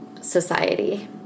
society